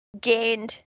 gained